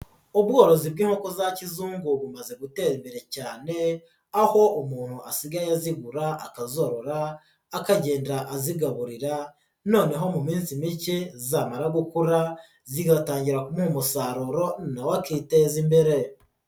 Ubworozi bw'inkoko za kizungu bumaze gutera imbere cyane, aho umuntu asigaye azigura akazorora, akagenda azigaburira noneho mu minsi mike zamara gukura zigatangira kumuha umusaruro nawe akiteza imbere.